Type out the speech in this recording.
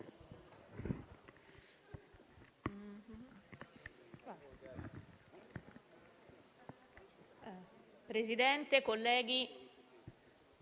Presidente, colleghi,